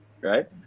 right